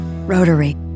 Rotary